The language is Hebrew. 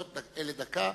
אלה דקה.